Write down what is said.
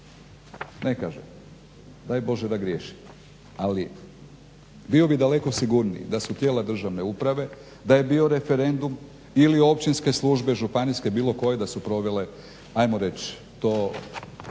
ne kažem, daj Bože da griješim. Ali bio bih daleko sigurniji da su tijela državne uprave, da je bio referendum ili općinske službe, županijske bilo koje da su provele ajmo reći to